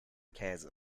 käse